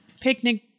picnic